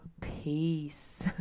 peace